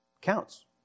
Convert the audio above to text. counts